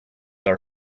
are